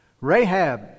Rahab